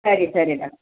ಸರಿ ಸರಿ ಡಾಕ್ಟರ್